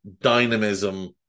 dynamism